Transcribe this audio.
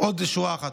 עוד שורה אחת.